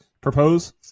Propose